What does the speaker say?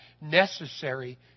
necessary